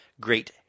great